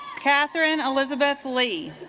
katherine elizabeth lee